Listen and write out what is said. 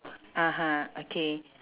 (uh huh) okay